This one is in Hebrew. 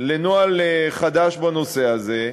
לנוהל חדש בנושא הזה,